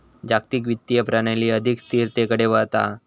जागतिक वित्तीय प्रणाली अधिक स्थिरतेकडे वळता हा